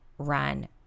run